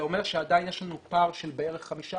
זה אומר שעדיין יש לנו פער של בערך חמישה